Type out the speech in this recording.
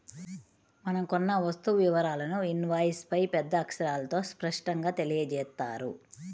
మనం కొన్న వస్తువు వివరాలను ఇన్వాయిస్పై పెద్ద అక్షరాలతో స్పష్టంగా తెలియజేత్తారు